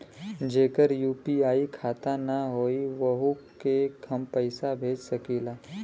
जेकर यू.पी.आई खाता ना होई वोहू के हम पैसा भेज सकीला?